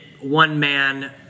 one-man